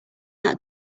that